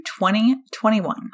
2021